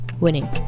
Winning